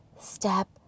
step